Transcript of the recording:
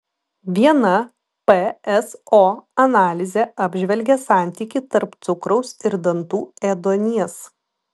viena pso analizė apžvelgė santykį tarp cukraus ir dantų ėduonies